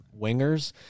wingers